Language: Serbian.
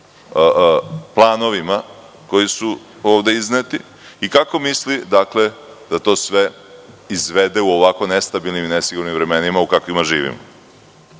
planovima koji su ovde izneti i kako misli da to sve izvede u ovako nestabilnim i nesigurnim vremenima u kojima živimo. Što